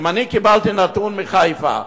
אני קיבלתי נתון מחיפה,